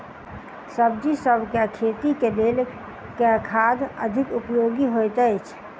सब्जीसभ केँ खेती केँ लेल केँ खाद अधिक उपयोगी हएत अछि?